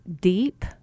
deep